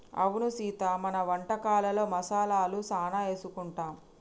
అవును సీత మన వంటకాలలో మసాలాలు సానా ఏసుకుంటాం